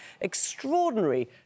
extraordinary